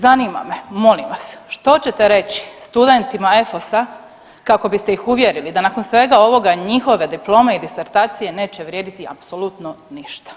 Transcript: Zanima me, molim vas, što ćete reći studentima EFOS-a kako biste ih uvjerili da nakon svega ovoga njihove diplome i disertacije neće vrijediti apsolutno ništa?